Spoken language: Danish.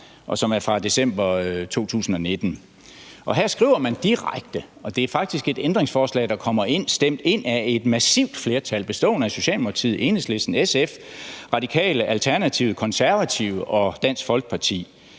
og som er fra december 2019. Her skriver man det direkte, og det er faktisk et ændringsforslag, der er stemt ind af et massivt flertal bestående af Socialdemokratiet, Enhedslisten, SF, Radikale, Alternativet, Konservative og Dansk Folkeparti.